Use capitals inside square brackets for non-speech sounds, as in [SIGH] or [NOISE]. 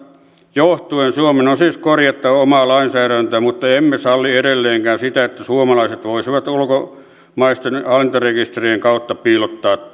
johtuen suomen on siis korjattava omaa lainsäädäntöään mutta emme salli edelleenkään sitä että suomalaiset voisivat ulkomaisten hallintarekisterien kautta piilottaa [UNINTELLIGIBLE]